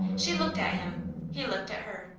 she looked at him he looked at her.